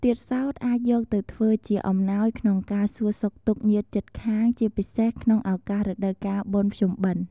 ទៀតសោតអាចយកទៅធ្វើជាអំណោយក្នុងការសួរសុខទុក្ខញាតិជិតខាងជាពិសេសក្នុងឧកាសរដូវកាលបុណ្យភ្ជុំបុណ្ឌ។